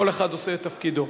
כל אחד עושה את תפקידו.